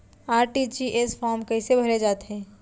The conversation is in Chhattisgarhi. आर.टी.जी.एस फार्म कइसे भरे जाथे?